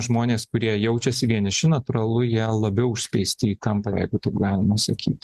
žmonės kurie jaučiasi vieniši natūralu jie labiau užspeisti į kampą jeigu taip galima sakyt